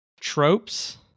tropes